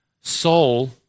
soul